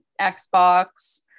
Xbox